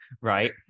right